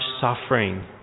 suffering